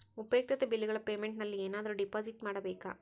ಉಪಯುಕ್ತತೆ ಬಿಲ್ಲುಗಳ ಪೇಮೆಂಟ್ ನಲ್ಲಿ ಏನಾದರೂ ಡಿಪಾಸಿಟ್ ಮಾಡಬೇಕಾ?